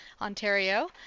Ontario